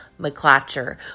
McClatcher